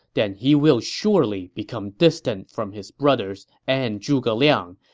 then he will surely become distant from his brothers and zhuge liang,